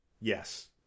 Yes